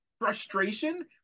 frustration